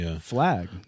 flag